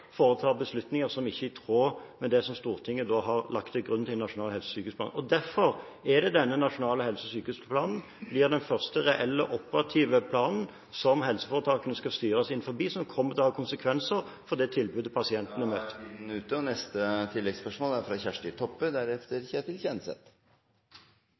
foretar beslutninger som ikke er i tråd med det Stortinget har lagt til grunn for en nasjonal helse- og sykehusplan. Derfor er det denne nasjonale helse- og sykehusplanen blir den første reelle operative planen som helseforetakene skal styres innenfor, noe som kommer til å ha konsekvenser for pasientenes tilbud. Kjersti Toppe – til oppfølgingsspørsmål. Ein viktig del av det prehospitale tilbodet er